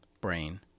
brain